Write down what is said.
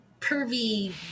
pervy